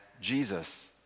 Jesus